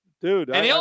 dude